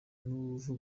n’uruva